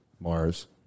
Mars